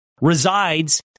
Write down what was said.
resides